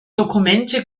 dokumente